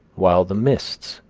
while the mists,